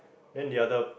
then the other